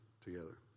together